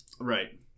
Right